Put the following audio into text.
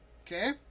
Okay